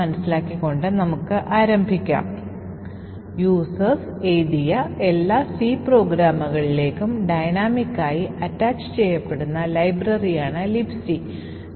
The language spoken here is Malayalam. നിലവിലെ സ്റ്റാക്ക് പോയിന്റർ ബേസ് പോയിന്ററിലേക്ക് നീക്കുകയും ലോക്കൽ വേരിയബിളുകൾക്ക് ഇടം നൽകുന്നതിന് സ്റ്റാക്ക് പോയിന്റർ 16 ബൈറ്റുകൾ കുറയ്ക്കുകയും ചെയ്യുന്നു